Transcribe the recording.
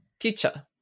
future